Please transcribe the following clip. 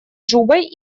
джубой